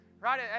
right